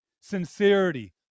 sincerity